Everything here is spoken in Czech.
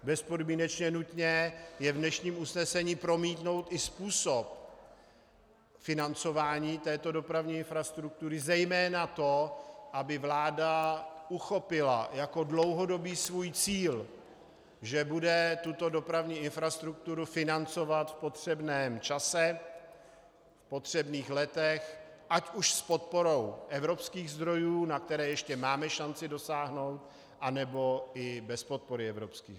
Bezpodmínečně nutné je v dnešním usnesení promítnout i způsob financování této dopravní infrastruktury, zejména to, aby vláda uchopila jako dlouhodobý svůj cíl, že bude tuto dopravní infrastrukturu financovat v potřebném čase, v potřebných letech, ať už s podporou evropských zdrojů, na které ještě máme šanci dosáhnout, anebo i bez podpory evropských zdrojů.